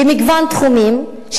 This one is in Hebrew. במגוון תחומים,